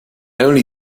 only